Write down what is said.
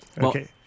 Okay